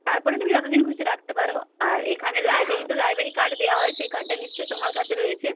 তারপরে তুমি যত দিন খুশি রাখতে পারো আর এখানে লাইব্রেরি তো লাইব্রেরি কার্ড দেওয়া হয় সেই কার্ডটা নিশ্চয়ই তোমার কাছে রয়েছে